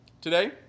Today